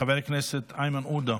חבר הכנסת איימן עודה,